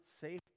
safe